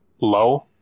low